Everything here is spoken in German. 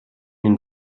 den